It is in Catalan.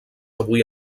avui